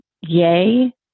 yay